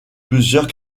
plusieurs